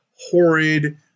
horrid